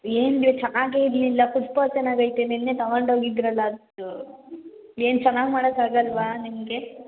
ಏನು ರೀ ಚೆನ್ನಾಗೆ ಇರಲಿಲ್ಲ ಪುಷ್ಪ ಚೆನ್ನಾಗೈತೆ ನಿನ್ನೆ ತೊಗೊಂಡೋಗಿದ್ರಲ್ಲ ಅದು ಏನು ಚೆನ್ನಾಗಿ ಮಾಡೋಕ್ಕಾಗಲ್ವ ನಿಮಗೆ